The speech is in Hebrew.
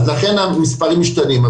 לכן המספרים משתנים.